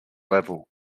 level